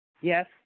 Yes